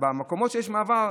במקומות שיש בהם מעבר,